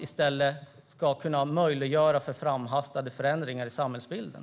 Men ni möjliggör för framhastade förändringar i samhällsbilden.